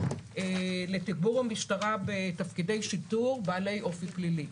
לתגבור המשטרה בתפקידי שיטור בעלי אופי פלילי.